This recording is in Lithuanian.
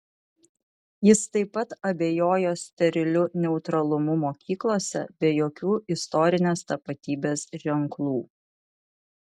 jis taip pat abejojo steriliu neutralumu mokyklose be jokių istorinės tapatybės ženklų